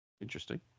Interesting